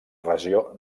regió